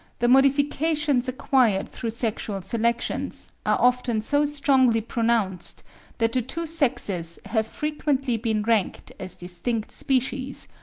the modifications acquired through sexual selection are often so strongly pronounced that the two sexes have frequently been ranked as distinct species,